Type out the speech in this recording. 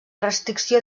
restricció